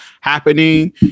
happening